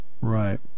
Right